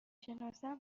شناسم